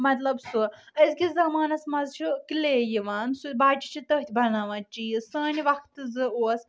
مطلب سُہ أزکس زمانس منٛز چھُ کِلے یوان سُہ بچہِ چھِ تتھۍ بناوان چیٖز سانہٕ وقتہٕ زٕ اوس